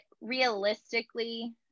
realistically